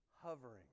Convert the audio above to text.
hovering